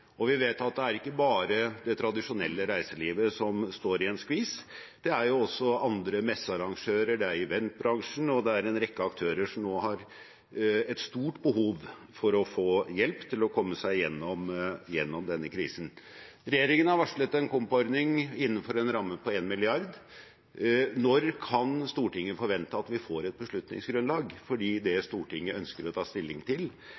Vi vet at det er ikke bare det tradisjonelle reiselivet som står i en skvis. Også messearrangører, eventbransjen og en rekke aktører har nå et stort behov for å få hjelp til å komme seg gjennom denne krisen. Regjeringen har varslet en kompensasjonsordning innenfor en ramme på 1 mrd. kr. Når kan Stortinget forvente at vi får et beslutningsgrunnlag? For det Stortinget ønsker å ta stilling til,